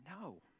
No